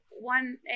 one